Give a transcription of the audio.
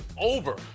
over